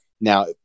now